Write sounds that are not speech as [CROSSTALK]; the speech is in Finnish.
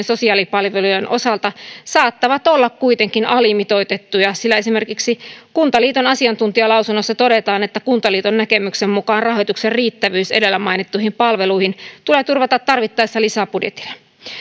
[UNINTELLIGIBLE] sosiaalipalvelujen osalta saattavat olla kuitenkin alimitoitettuja sillä esimerkiksi kuntaliiton asiantuntijalausunnossa todetaan että kuntaliiton näkemyksen mukaan rahoituksen riittävyys edellä mainittuihin palveluihin tulee turvata tarvittaessa lisäbudjetilla